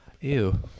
ew